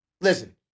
Listen